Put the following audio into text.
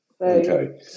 Okay